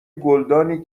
گلدانی